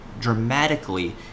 Dramatically